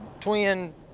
Twin